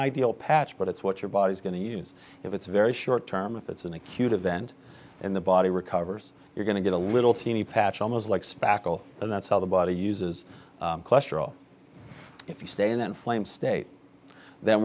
ideal patch but it's what your body's going to use if it's very short term if it's an acute event in the body recovers you're going to get a little teeny patch almost like spackle and that's how the body uses cholesterol if you stay in that flame state then